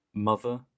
mother